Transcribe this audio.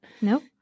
Nope